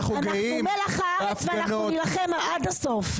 אנחנו מלח הארץ ואנחנו נילחם עד הסוף.